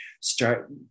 start